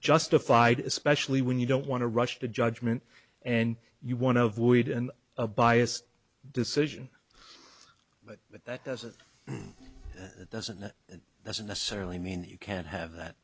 justified especially when you don't want to rush to judgment and you want to avoid and a biased decision but that doesn't that doesn't that doesn't necessarily mean you can't have that